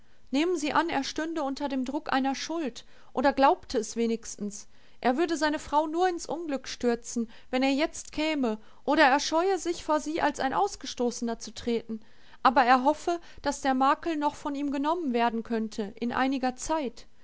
nehmen sie an er stünde unter dem druck einer schuld oder glaubte es wenigstens er würde seine frau nur ins unglück stürzen wenn er jetzt käme oder er scheue sich vor sie als ein ausgestoßener zu treten aber er hoffe daß der makel noch von ihm genommen werden könnte in einiger zeit